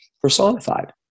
personified